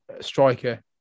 striker